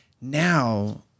now